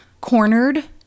cornered